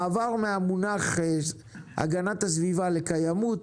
המעבר מן המונח הגנת הסביבה לקיימות